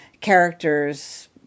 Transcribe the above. characters